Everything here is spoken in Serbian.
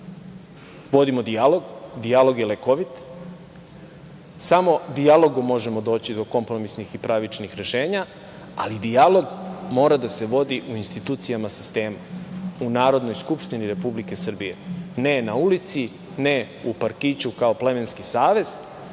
vodimo dijalog. Dijalog je lekovit. Samo dijalogom možemo doći do kompromisnih i pravničnih rešenja, ali dijalog mora da se vodi u institucijama sistema, u Narodnoj skupštini Republike Srbije, ne na ulici, ne u parkiću kao plemenski savez,